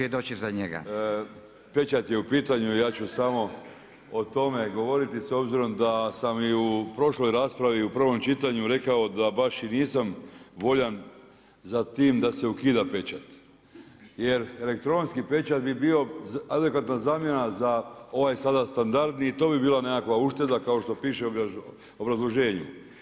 Pečat je u pitanju i ja ću samo o tome govoriti s obzirom da sam i u prošloj raspravi i u prvom čitanju rekao da baš i nisam voljan za tim da se ukida pečat jer elektronski pečat bi bio adekvatna zamjena za ovaj sada standardni i to bi bila nekakva ušteda kao što piše u obrazloženju.